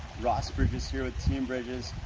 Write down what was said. ross bridges, here with team bridges.